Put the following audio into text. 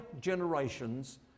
generations